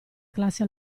classe